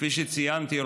כפי שציינתי,